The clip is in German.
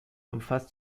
umfasst